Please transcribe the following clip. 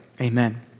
Amen